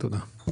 תודה.